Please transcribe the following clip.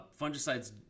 fungicides